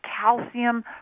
calcium